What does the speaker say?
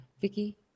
Vicky